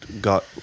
got